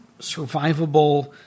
survivable